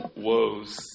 woes